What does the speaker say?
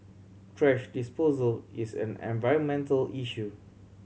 thrash disposal is an environmental issue